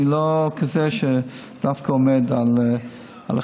אני לא כזה שדווקא עומד על החלטה,